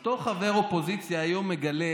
אותו חבר אופוזיציה היום מגלה